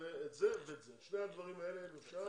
את זה ואת זה, שני הדברים האלה אם אפשר